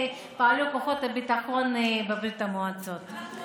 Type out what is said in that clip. טיפה היסטוריה על ברית המועצות ואיך פעלו כוחות הביטחון בברית המועצות.